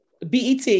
BET